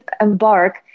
Embark